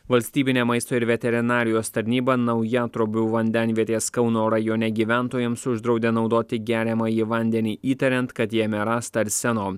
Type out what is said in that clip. valstybinė maisto ir veterinarijos tarnyba naujantrobių vandenvietės kauno rajone gyventojams uždraudė naudoti geriamąjį vandenį įtariant kad jame rasta arseno